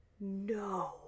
No